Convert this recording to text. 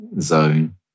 zone